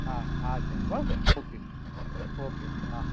હા હા ચાલો હોં ઓકે ઓકે હા